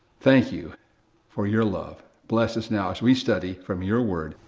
thank you for your love. bless us now, as we study from your word,